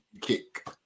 kick